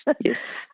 yes